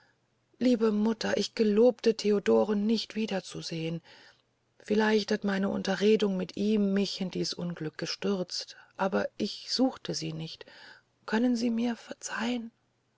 liebe mutter ich gelobte theodoren nicht wieder zu sehn vielleicht hat meine unterredung mit ihm mich in dies unglück gestürzt aber ich suchte sie nicht können sie mir verzeihn